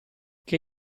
che